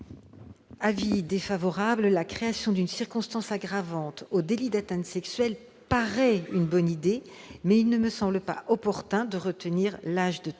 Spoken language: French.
Avis défavorable. La création d'une circonstance aggravante au délit d'atteinte sexuelle paraît une bonne idée, mais il ne me semble pas opportun de retenir l'âge de treize